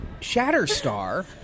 Shatterstar